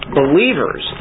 believers